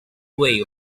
way